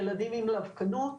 ילדים עם לבקנות.